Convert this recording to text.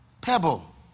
pebble